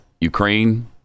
Ukraine